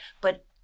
But-